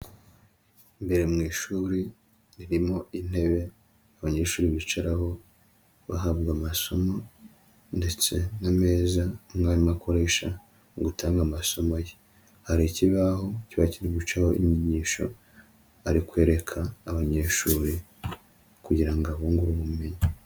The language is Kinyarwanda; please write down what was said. Imbere mu ishuri ririmo intebe, abanyeshuri bicaraho bahabwa amasomo, ndetse n'ameza umwarimu akoresha mu gutanga amasomo ye. Hari ikibaho kiba kiri gucaho inyigisho, ari kwereka abanyeshuri, kugira ngo abungure ubumenyi.